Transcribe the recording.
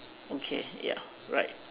okay ya right